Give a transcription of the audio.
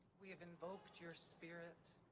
we have invoked your spirit.